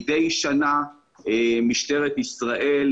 מדי שנה משטרת ישראל,